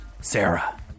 Sarah